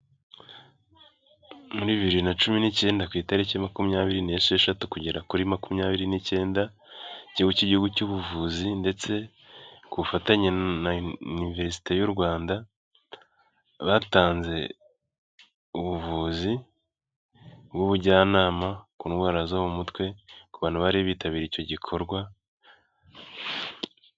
Muri bibiri na cumi nicyenda ku itariki makumyabiri n'esheshatu, kugera kuri makumyabiri n'icyenda, ikigo cy'igihugu cy'ubuvuzi ndetse ku bufatanye na iniverisite y'u rwanda, batanze ubuvuzi bw'ubujyanama ku ndwara zo mu mutwe, ku bantu bari bitabiriye icyo gikorwa.